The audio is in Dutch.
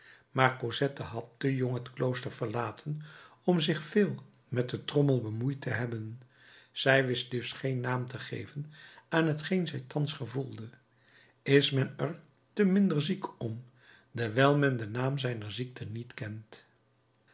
maar cosette had te jong het klooster verlaten om zich veel met den trommel bemoeid te hebben zij wist dus geen naam te geven aan t geen zij thans gevoelde is men er te minder ziek om dewijl men den naam zijner ziekte niet kent